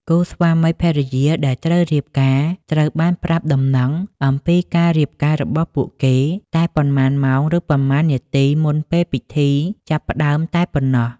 គូស្វាមីភរិយាដែលត្រូវរៀបការត្រូវបានប្រាប់ដំណឹងអំពីការរៀបការរបស់ពួកគេតែប៉ុន្មានម៉ោងឬប៉ុន្មាននាទីមុនពេលពិធីចាប់ផ្តើមតែប៉ុណ្ណោះ។